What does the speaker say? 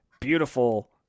beautiful –